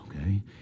okay